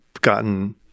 gotten